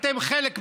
אתם חלק ממנו.